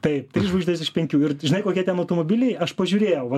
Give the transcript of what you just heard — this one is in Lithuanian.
taip trys žvaigždės iš penkių ir žinai kokie ten automobiliai aš pažiūrėjau va